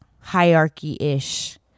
hierarchy-ish